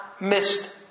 missed